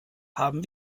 haben